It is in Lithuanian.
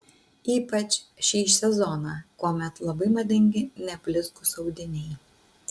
ypač šį sezoną kuomet labai madingi neblizgūs audiniai